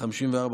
התשנ"ח 1998,